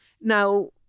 Now